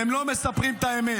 והם לא מספרים את האמת,